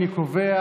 אני קובע